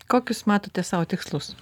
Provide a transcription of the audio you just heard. kokius matote sau tikslus